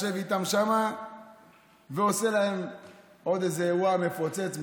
ישן איתם שם ועושה להם עוד איזה אירוע מפוצץ,